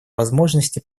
возможности